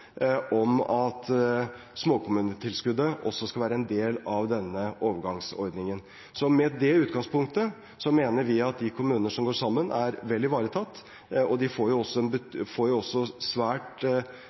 om at småkommunetilskuddet skal være en del av denne overgangsordningen. Med det utgangspunktet mener vi at de kommuner som går sammen, er vel ivaretatt, og de får også